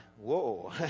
whoa